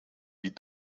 wie